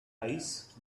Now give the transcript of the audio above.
eyes